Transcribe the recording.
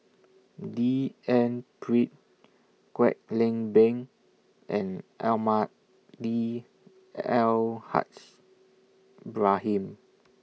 D N Pritt Kwek Leng Beng and Almahdi Al Haj Ibrahim